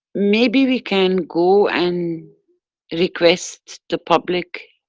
maybe we can go and request the public